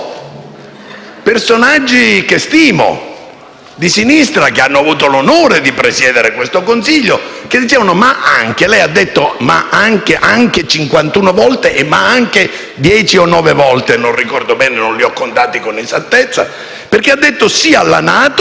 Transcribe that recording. personaggi che stimo, di sinistra, che hanno avuto l'onore di presiedere questo Consiglio, che hanno detto «ma anche». Lei ha detto «anche» 51 volte e «ma anche» 9 o 10 volte, non ricordo bene perché non le ho contate con esattezza, perché ha detto sì alla NATO